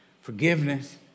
Forgiveness